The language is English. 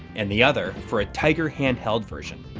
and the other for a tiger handheld version.